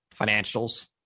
financials